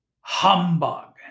humbug